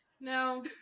no